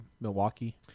Milwaukee